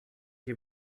you